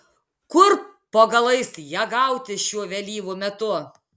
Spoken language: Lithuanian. kur po galais ją gauti šiuo vėlyvu metu